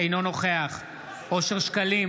אינו נוכח אושר שקלים,